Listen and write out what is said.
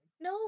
No